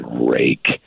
rake